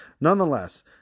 nonetheless